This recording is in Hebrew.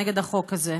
נגד החוק הזה.